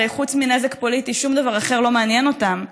הרי חוץ מנזק פוליטי שום דבר אחר לא מעניין אותם,